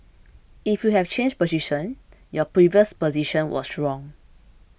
if we have changed position and your previous position was wrong